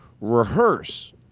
rehearse